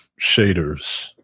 shaders